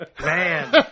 Man